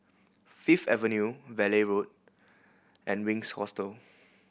Fifth Avenue Valley Road and Winks Hostel